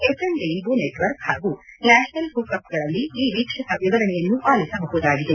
FM Rainbow network ಹಾಗೂ national hook ಅಪ್ಗಳಲ್ಲಿ ಈ ವೀಕ್ಷಕ ವಿವರಣೆಯನ್ನು ಆಲಿಸಬಹುದಾಗಿದೆ